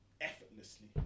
effortlessly